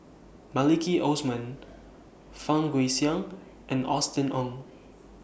Maliki Osman Fang Guixiang and Austen Ong